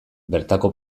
bertako